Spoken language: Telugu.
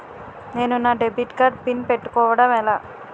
నేను నా డెబిట్ కార్డ్ పిన్ పెట్టుకోవడం ఎలా?